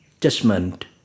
judgment